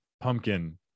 pumpkin